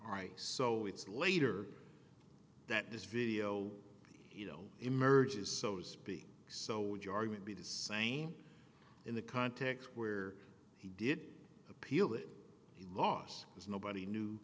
right so it's later that this video you know emerges so to speak so would your argument be the same in the context where he did appeal if he lost because nobody knew